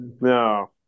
No